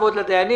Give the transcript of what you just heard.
לתרום.